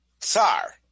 Tsar